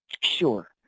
Sure